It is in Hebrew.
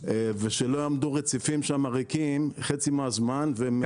ושלא יעמדו רציפים שמה ריקים חצי מהזמן ו-